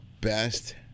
best